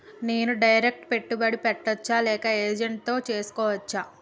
నేను డైరెక్ట్ పెట్టుబడి పెట్టచ్చా లేక ఏజెంట్ తో చేస్కోవచ్చా?